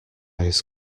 ice